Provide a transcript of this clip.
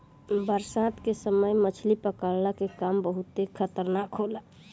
बरसात के समय मछली पकड़ला के काम बहुते खतरनाक होला